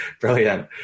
Brilliant